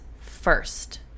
first